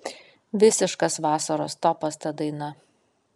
visiškas vasaros topas ta daina